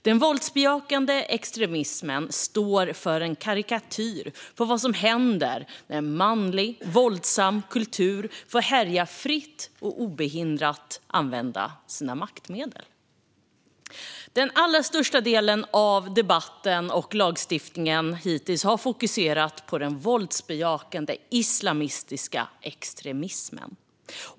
Den våldsbejakande extremismen står för en karikatyr av vad som händer när en manlig våldsam kultur får härja fritt och obehindrat använda sina maktmedel. Den allra största delen av debatten och lagstiftningen har hittills fokuserat på den våldsbejakande islamistiska extremismen.